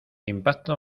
impacto